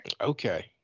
Okay